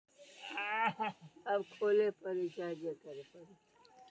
viticulture मे अंगूर सं शराब बनाबै के तरीका सेहो सिखाएल जाइ छै